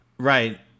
Right